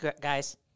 guys